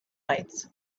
lights